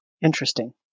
Interesting